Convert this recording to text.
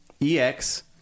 EX